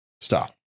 Stop